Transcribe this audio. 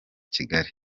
kigali